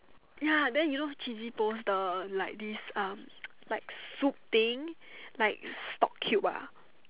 ya then you know cheesy post the like this uh like soup thing like stock cube ah